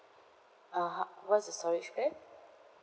(uh huh) what's the storage plan